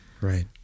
Right